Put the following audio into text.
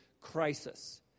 crisis